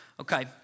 Okay